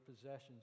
possessions